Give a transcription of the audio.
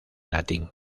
latín